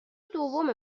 دوم